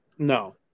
No